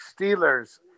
Steelers